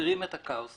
מגבירים את הכאוס.